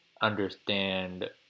understand